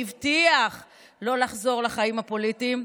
והבטיח לא לחזור לחיים הפוליטיים,